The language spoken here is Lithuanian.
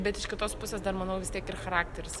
bet iš kitos pusės dar manau vis tiek ir charakteris